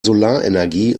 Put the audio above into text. solarenergie